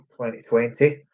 2020